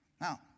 Now